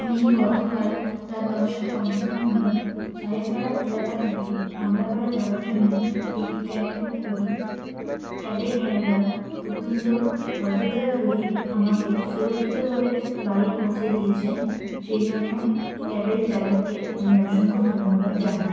আমি গতকাল রাত দশটা পঞ্চান্ন নাগাদ সাহেব পাড়া এলাকা থেকে আমলা পাড়া যাওয়ার জন্য একটি ক্যাব বুক করি ক্যাবের ড্রাইভার অত্যন্ত ভদ্রতার সহিত আমাকে সুরক্ষিতভাবে বাড়ি পৌঁছে দিয়েছেন সেই জন্য ক্যাবের চালককে আমি অসংখ্য ধন্যবাদ জানাই